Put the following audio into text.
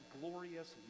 glorious